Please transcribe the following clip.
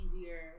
easier